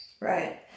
right